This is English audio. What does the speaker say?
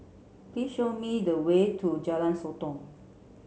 please show me the way to Jalan Sotong